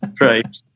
Right